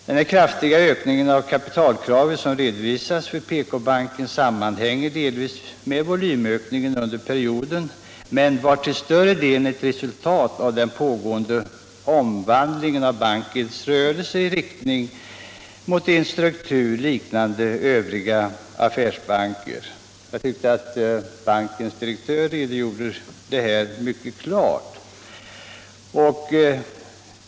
Den kraftiga ökning av kapitalkravet som redovisats för PK-banken sammanhänger delvis med volymökningen under perioden men var till större delen ett resultat av den pågående omvandlingen av bankens rörelse i riktning mot en struktur liknande övriga affärsbankers. Jag tyckte att bankens direktör redogjorde mycket klart för detta.